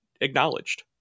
acknowledged